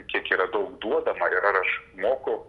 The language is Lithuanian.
kiek yra daug duodama ir ar aš moku